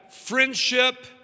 friendship